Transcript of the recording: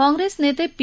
काँग्रेस नेते पी